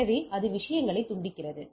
எனவே இது விஷயங்களைத் துண்டிக்கிறது